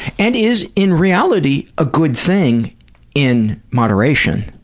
and is, in reality, a good thing in moderation.